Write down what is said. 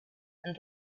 and